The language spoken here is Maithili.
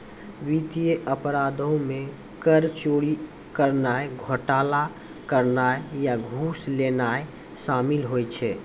वित्तीय अपराधो मे कर चोरी करनाय, घोटाला करनाय या घूस लेनाय शामिल होय छै